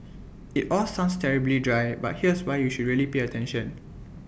IT all sounds terribly dry but here's why you should really pay attention